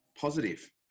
positive